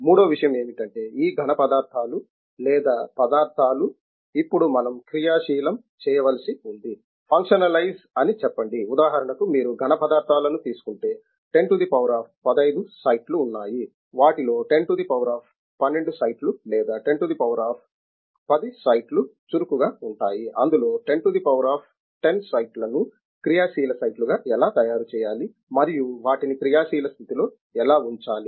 మూడో విషయం ఏమిటంటే ఈ ఘన పదార్థాలు లేదా పదార్థాలు ఇప్పుడు మనం క్రియాశీలం చేయవలసి ఉంది ఫంక్షనలైజ్ అని చెప్పండి ఉదాహరణకు మీరు ఘనపదార్థాలను తీసుకుంటే 10 టు ధ పవర్ ఆఫ్ 15 సైట్లు ఉన్నాయి వాటిలో 10 టు ధ పవర్ ఆఫ్ 12 సైట్లు లేదా 10 టు ధ పవర్ ఆఫ్ 10 సైట్లు చురుకుగా ఉంటాయి అందులో 10 టు ధ పవర్ ఆఫ్ 10 సైట్ల ను క్రియాశీల సైట్లుగా ఎలా తయారు చేయాలి మరియు వాటిని క్రియాశీల స్థితిలో ఎలా ఉంచాలి